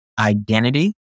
Identity